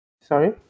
Sorry